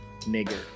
nigger